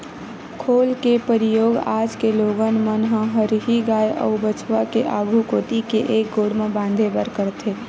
खोल के परियोग आज के लोगन मन ह हरही गाय अउ बछवा के आघू कोती के एक गोड़ म बांधे बर करथे